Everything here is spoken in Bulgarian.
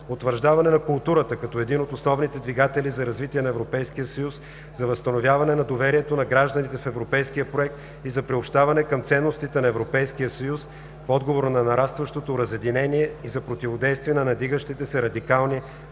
утвърждаване на културата като един от основните двигатели за развитие на Европейския съюз, за възстановяване на доверието на гражданите в европейския проект и за приобщаване към ценностите на Европейския съюз в отговор на нарастващото разединение и за противодействие на надигащите се радикални